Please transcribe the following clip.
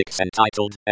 entitled